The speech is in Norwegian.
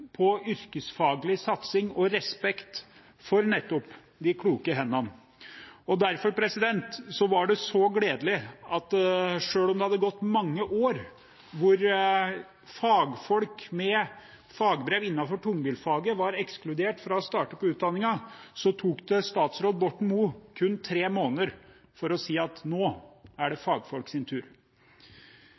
på yrkesfaglig satsing og respekt for nettopp de kloke hendene. Derfor var det så gledelig at selv om det hadde gått mange år hvor fagfolk med fagbrev innenfor tungbilfaget var ekskludert fra å starte på utdanningen, tok det statsråd Borten Moe kun tre måneder å si at nå er det fagfolks tur.